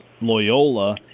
Loyola